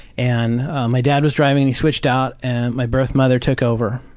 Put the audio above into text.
and my dad was driving, they switched out and my birth mother took over.